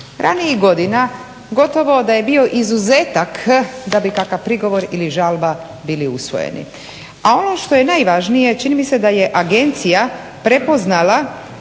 Ranijih godina gotovo da je bio izuzetak da bi kakav prigovor ili žalba bili usvojeni. A ono što je najvažnije, čini mi se da je Agencija prepoznala